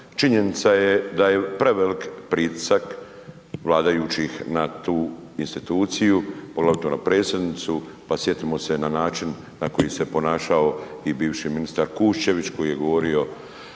Činjenica je da je preveliki pritisak vladajućih na tu instituciju, poglavito na predsjednicu. Pa sjetimo se na način na koji se ponašao i bivši ministar Kuščević koji je govorio